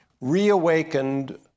reawakened